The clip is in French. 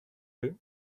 plait